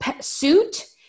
suit